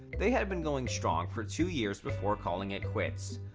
they had been going strong for two years before calling it quits.